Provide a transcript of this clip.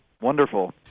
Wonderful